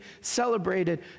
celebrated